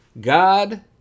God